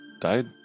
Died